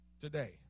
today